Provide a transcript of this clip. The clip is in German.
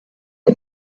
die